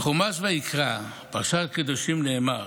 בחומש ויקרא, פרשת קדושים, נאמר: